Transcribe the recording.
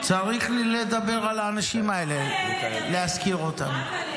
--- צריך לדבר על האנשים האלה, להזכיר אותם.